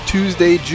Tuesday